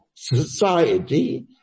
society